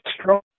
strong